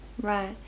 right